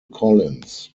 collins